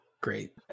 great